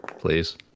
Please